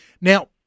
Now